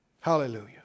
hallelujah